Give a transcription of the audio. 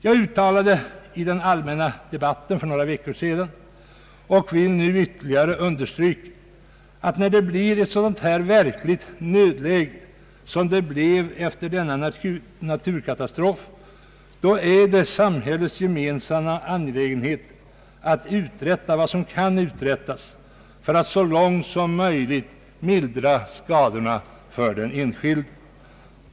Jag uttalade i den allmänna debatten för några veckor sedan och vill ytterligare understryka det nu, att när det uppstår ett sådant här verkligt nödläge som det blev efter denna naturkatastrof, så är det medborgarnas gemensamma angelägenhet att uträtta vad som kan uträttas för att så långt som möjligt mildra skadorna för den enskilde.